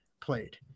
played